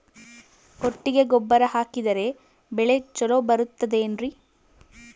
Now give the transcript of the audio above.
ಕೊಟ್ಟಿಗೆ ಗೊಬ್ಬರ ಹಾಕಿದರೆ ಬೆಳೆ ಚೊಲೊ ಬರುತ್ತದೆ ಏನ್ರಿ?